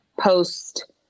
post